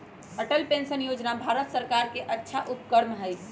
Atal pension योजना भारत सर्कार के अच्छा उपक्रम हई